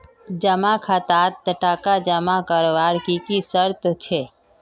जमा खातात टका जमा करवार की की शर्त छे?